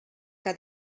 que